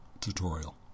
tutorial